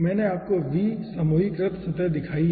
मैंने आपको v समूहीकृत सतह दिखाई है